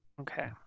okay